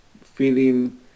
feeling